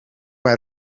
mij